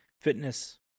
fitness